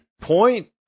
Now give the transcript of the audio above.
point